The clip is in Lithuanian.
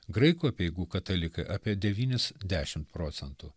graikų apeigų katalikai apie devynis dešim procentų